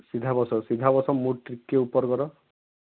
ସିଧା ବସ ସିଧା ବସ ମୁଡ଼୍ ଟିକେ ଉପର୍ କର